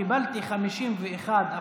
קיבלתי 51%,